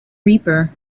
reaper